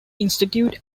institute